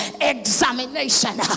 examination